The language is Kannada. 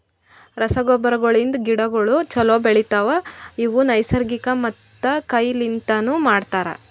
ರಸಗೊಬ್ಬರಗಳಿಂದ್ ಗಿಡಗೋಳು ಛಲೋ ಬೆಳಿತವ, ಇವು ನೈಸರ್ಗಿಕ ಮತ್ತ ಕೈ ಲಿಂತನು ಮಾಡ್ತರ